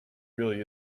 really